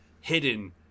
hidden